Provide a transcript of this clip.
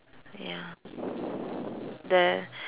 ya the